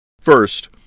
First